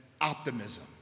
optimism